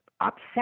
upset